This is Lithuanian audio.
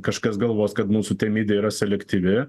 kažkas galvos kad mūsų temidė yra selektyvi